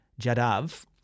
Jadav